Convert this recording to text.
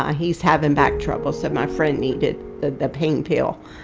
ah he's having back trouble, so my friend needed the the pain pill.